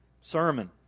sermon